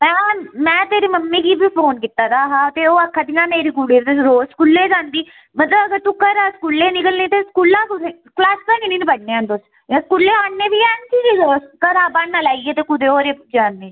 ऐं हां में तेरी मम्मी गी बी फोन कीते दा हा ते ओह् आक्खा दियां मेरी कुड़ी ते रोज स्कूलै जंदी मतलब अगर तू घरा स्कूलै निकलनी ते स्कूला कु'त्थै क्लासा च निं बड़ने आं तु'स जां स्कूल आ'न्ने बी है कि घरा ब्हान्ना लाइयै ते कु'तै होर उट्ठी जन्नी